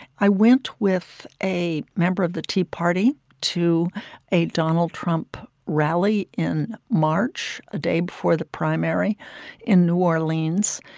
i went with a member of the tea party to a donald trump rally in march a day before the primary in new orleans.